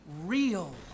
real